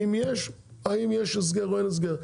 אם יש האם יש הסגר או אין הסגר,